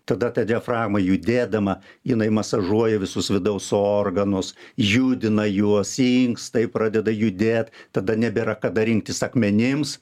tada ta diafragma judėdama jinai masažuoja visus vidaus organus judina juos inkstai pradeda judėt tada nebėra kada rinktis akmenims